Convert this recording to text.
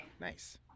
Nice